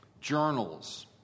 journals